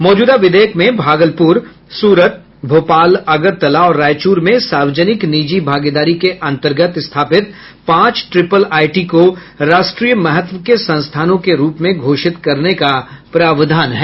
मौजूदा विधेयक में भागलपुर सूरत भोपाल अगरतला और रायचुर में सार्वजनिक निजी भागीदारी के अंतर्गत स्थापित पांच ट्रिपल आईटी को राष्ट्रीय महत्व के संस्थानों के रूप में घोषित करने का प्रावधान है